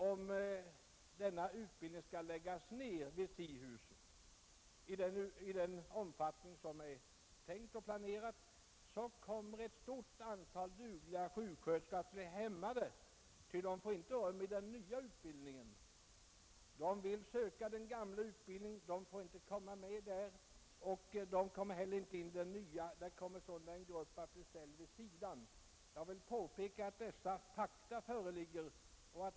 Om den nuvarande utbildningen vid SIHUS läggs ned i den omfattning som är planerad kommer ett stort antal dugliga sjuksköterskor att bli utestängda, eftersom de inte får rum i den nya utbildningen. De vill söka den gamla utbildningen men blir inte antagna där, och de får inte vara med i den nya utbildningen. Det är sålunda ett faktum att en grupp här kommer att bli ställd åt sidan.